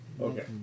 Okay